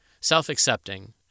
self-accepting